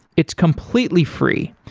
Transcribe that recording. it's completely free.